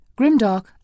Grimdark